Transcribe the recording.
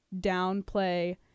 downplay